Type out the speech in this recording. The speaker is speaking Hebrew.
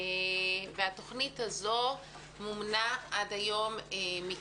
התוכנית הזאת מומנה עד היום בשני-שלישים